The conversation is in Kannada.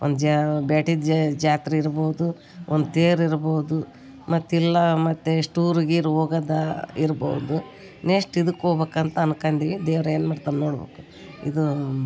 ಒಂದು ಜಾ ಬೇಟೆದ್ ಜಾತ್ರೆ ಇರ್ಬೌದು ಒಂದು ತೇರು ಇರ್ಬೌದು ಮತ್ತಿಲ್ಲ ಮತ್ತು ಸ್ಟೂರು ಗೀರು ಹೋಗೋದ ಇರ್ಬೌದು ನೆಸ್ಟ್ ಇದಕ್ಕೆ ಹೋಗ್ಬೇಕಾ ಅಂತ ಅನ್ಕೊಂಡಿವಿ ದೇವ್ರು ಏನು ಮಾಡ್ತಾನೆ ನೋಡಬೇಕು ಇದು